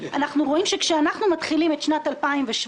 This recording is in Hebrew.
אנחנו רואים שכאשר אנחנו מתחילים את שנת 2017,